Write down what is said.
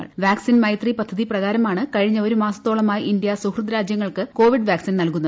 vaccine Maitri പദ്ധതിപ്രകാരമാണ് കഴിഞ്ഞ ഒരു മാസത്തോളമായി ഇന്ത്യ സുഹൃദ് രാജ്യങ്ങൾക്ക് കോവിഡ് വാക്സിൻ നൽകുന്നത്